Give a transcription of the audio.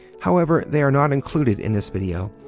however they are not included in this video.